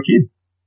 kids